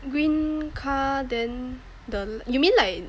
green car then the you mean like